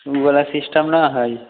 ओवला system नहि हइ